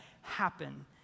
happen